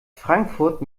frankfurt